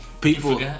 people